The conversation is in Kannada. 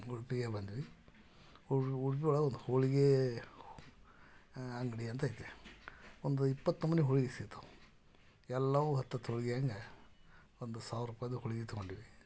ಉಡುಪಿಗೆ ಬಂದ್ವಿ ಉಡುಪಿಯೊಳಗೊಂದು ಹೋಳಿಗೆ ಅಂಗಡಿ ಅಂತ ಐತೆ ಒಂದು ಇಪ್ಪತ್ತು ನಮೂನಿ ಹೋಳಿಗೆ ಸಿಗ್ತವೆ ಎಲ್ಲವೂ ಹತ್ತು ಹತ್ತು ಹೋಳಿಗೆ ಹಂಗ ಒಂದು ಸಾವಿರ ರೂಪಾಯಿದ್ದು ಹೋಳಿಗೆ ತಗೊಂಡ್ವಿ